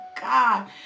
God